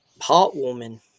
heartwarming